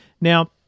Now